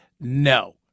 no